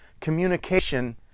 communication